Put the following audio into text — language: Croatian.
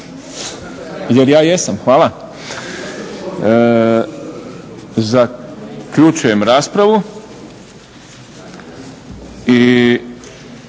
Jer ja jesam. Hvala. Zaključujem raspravu.